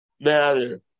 matter